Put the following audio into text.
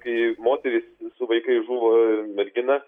kai moteris su vaikai žuvo mergina